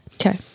Okay